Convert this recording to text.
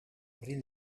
urrin